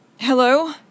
Hello